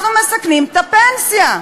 אנחנו מסכנים את הפנסיה.